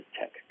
tech